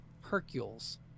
Hercules